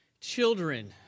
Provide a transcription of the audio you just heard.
children